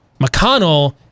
McConnell